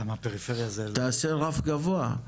תעשה רף גבוה,